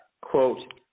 quote